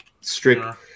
strict